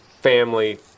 family